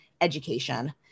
education